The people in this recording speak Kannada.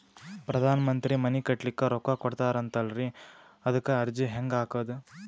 ಪ್ರಧಾನ ಮಂತ್ರಿ ಮನಿ ಕಟ್ಲಿಕ ರೊಕ್ಕ ಕೊಟತಾರಂತಲ್ರಿ, ಅದಕ ಅರ್ಜಿ ಹೆಂಗ ಹಾಕದು?